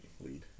lead